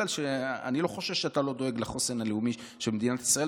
אני לא חושב שאתה לא דואג לחוסן הלאומי של מדינת ישראל,